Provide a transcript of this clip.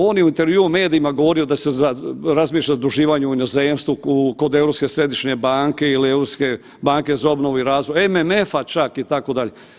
On je u intervjuu medijima govorio da se razmišlja o zaduživanju u inozemstvu, kod Europske središnje banke ili Europske banke za obnovu i razvoj, MMF-a čak, itd.